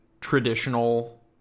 traditional